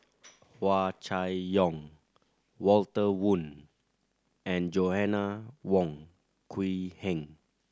Hua Chai Yong Walter Woon and Joanna Wong Quee Heng